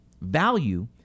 Value